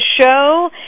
show